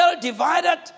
divided